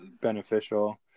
beneficial